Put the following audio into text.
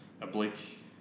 oblique